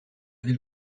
ville